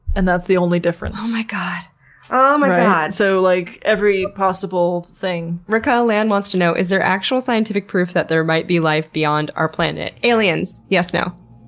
and that's the only difference. like ah um um yeah so, like every possible thing. raquel land wants to know is there actual scientific proof that there might be life beyond our planet? aliens, yes no?